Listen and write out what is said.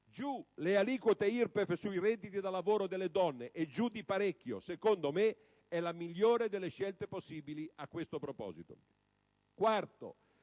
Giù le aliquote IRPEF sui redditi da lavoro delle donne, e giù di parecchio: secondo me è la migliore delle scelte possibili a questo proposito.